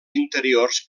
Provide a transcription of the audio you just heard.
interiors